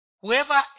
Whoever